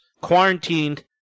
quarantined